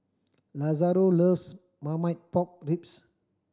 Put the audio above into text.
Lazaro loves Marmite Pork Ribs